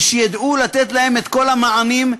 ושידעו לתת להם את כל המענים,